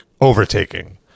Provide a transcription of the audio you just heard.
overtaking